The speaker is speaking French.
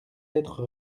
être